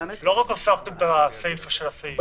לא רק הוספתם את הסיפא של הסעיף,